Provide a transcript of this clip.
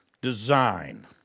Design